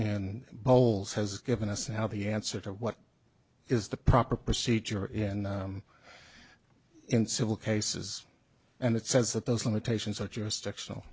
and bowles has given us how the answer to what is the proper procedure in in civil cases and it says that those limitations are ju